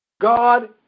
God